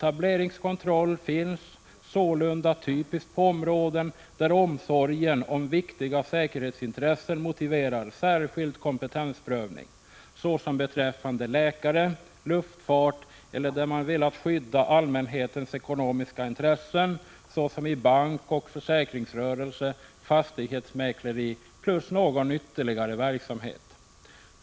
Etableringskontroll finns sålunda huvudsakligen på områden där omsorgen om viktiga säkerhetsintressen motiverar särskild kompetensprövning, såsom beträffande läkare, luftfart eller områden där man velat skydda allmänhetens ekonomiska intressen, såsom i bankoch försäkringsrörelse, fastighetsmäkleri samt någon ytterligare verksamhet.